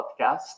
podcast